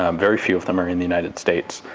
um very few of them are in the united states.